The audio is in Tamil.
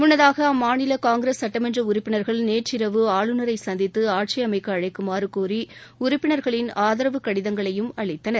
முன்னதாக அம்மாநில காங்கிரஸ் சுட்டமன்ற உறுப்பினர்கள் நேற்றிரவு ஆளுநரை சந்தித்து ஆட்சி அமைக்க அழைக்குமாறு கோரி உறுப்பினர்களின் ஆதரவு கடிதங்களையும் அளித்தனர்